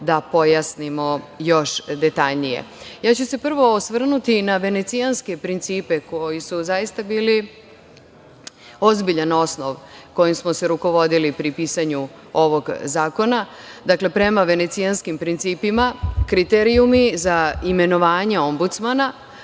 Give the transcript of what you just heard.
da pojasnimo još detaljnije. Prvo ću se osvrnuti na venecijanske principe koji su zaista bili ozbiljan osnov kojim smo se rukovodili pri pisanju ovog zakona. Dakle, prema venecijanskim principima kriterijumi za imenovanje ombudsmana